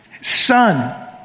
son